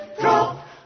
drop